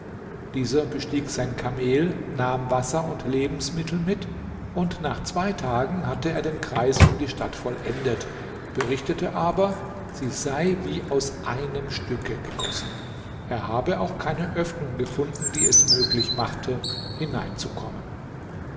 dieser bestieg sein kamel nahm wasser und lebensmittel mit und nach zwei tagen hatte er den kreis um die stadt vollendet berichtete aber sie sei wie aus einem stücke gegossen er habe auch keine öffnung gefunden die es möglich machte hineinzukommen